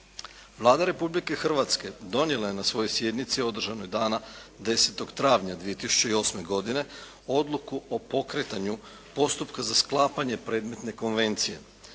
Vlada Republike Hrvatske donijela je na svojoj sjednici održanoj dana 10. travnja 2008. godine Odluku o pokretanju postupka za sklapanje predmetne konvencije